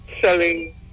Selling